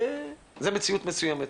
וזו מציאות מסוימת.